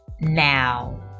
Now